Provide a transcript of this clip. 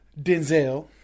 Denzel